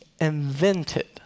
invented